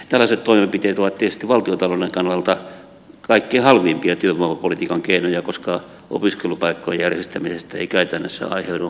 tällaiset toimenpiteet ovat tietysti valtiontalouden kannalta kaikkein halvimpia työvoimapolitiikan keinoja koska opiskelupaikkojen järjestämisestä ei käytännössä aiheudu lisää kustannuksia